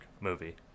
movie